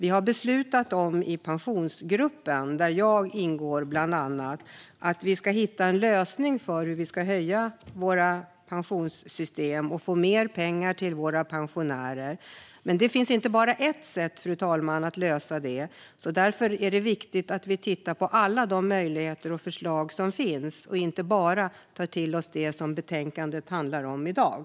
I Pensionsgruppen, där bland annat jag ingår, har vi beslutat att vi ska hitta en lösning för hur vi ska höja våra pensionssystem och få mer pengar till våra pensionärer. Men det finns inte bara ett sätt att lösa det, fru talman. Därför är det viktigt att vi tittar på alla de möjligheter och förslag som finns och inte bara tar till oss det som betänkandet handlar om i dag.